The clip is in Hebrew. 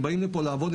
הם באים לפה לעבוד,